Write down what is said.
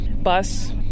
bus